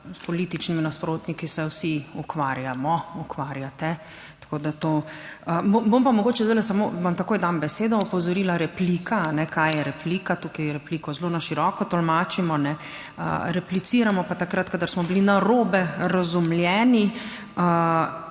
s političnimi nasprotniki se vsi ukvarjamo, ukvarjate. Tako da... To bom pa mogoče zdaj samo vam takoj dam besedo, opozorila, replika, kaj je replika. Tukaj repliko zelo na široko tolmačimo, repliciramo pa takrat, kadar smo bili narobe razumljeni